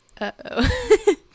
Uh-oh